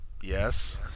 yes